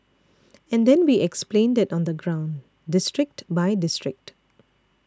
and then we explained it on the ground district by district